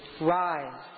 Rise